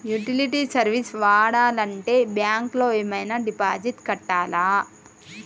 Utility service వాడాలంటే bank లో ఏమైనా డిపాజిట్ కట్టాలా?